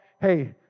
Hey